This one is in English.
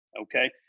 Okay